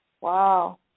Wow